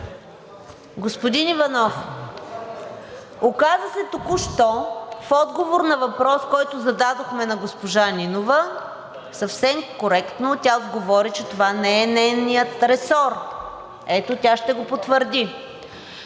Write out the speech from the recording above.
Господин Иванов, оказа се току-що в отговор на въпрос, който зададохме на госпожа Нинова, съвсем коректно тя отговори, че това не е нейният ресор. Ето, тя ще го потвърди.